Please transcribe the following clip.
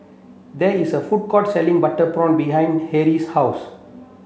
there is a food court selling butter prawn behind Harlie's house